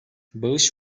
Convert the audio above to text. bağış